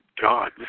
God